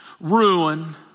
ruin